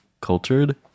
cultured